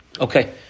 Okay